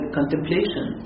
contemplation